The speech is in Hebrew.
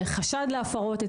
חשד להפרות,